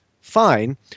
fine